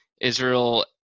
Israel